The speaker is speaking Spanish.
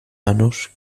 manos